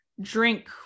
drink